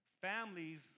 Families